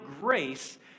grace